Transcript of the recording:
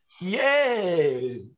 yay